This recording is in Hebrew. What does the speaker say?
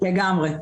לגמרי.